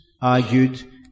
argued